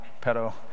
pero